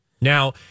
Now